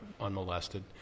unmolested